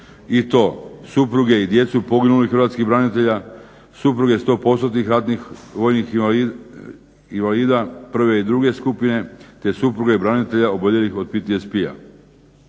i to supruge i djecu poginulih hrvatskih branitelja, supruge 100%-nih ratnih vojnih invalida prve i druge skupine, te supruge branitelja oboljelih od PTSP-a.